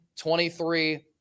23